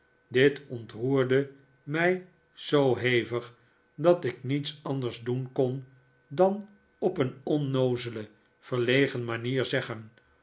dit ontroerde mij zoo hevig dat ik niets anders doen kon dan op een onnoozele verlegen manier zeggen